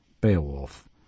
Beowulf